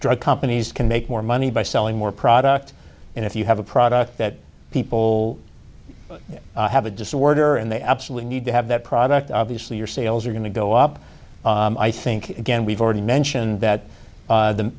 drug companies can make more money by selling more product and if you have a product that people have a disorder and they absolutely need to have that product obviously your sales are going to go up i think again we've already mentioned that